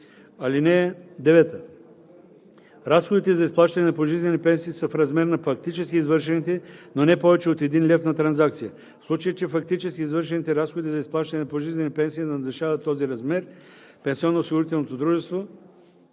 1 – 4. (9) Разходите за изплащане на пожизнени пенсии са в размер на фактически извършените, но не повече от един лев на транзакция. В случай че фактически извършените разходи за изплащане на пожизнени пенсии надвишават този размер, пенсионноосигурителното дружество